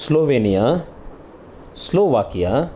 Slovenia Slovakia